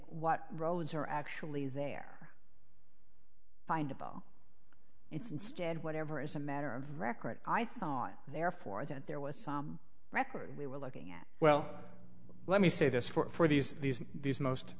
what roads are actually there find a ball it's instead whatever as a matter of record i thought therefore that there was some record we were looking at well let me say this for these these these most